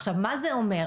עכשיו, מה זה אומר?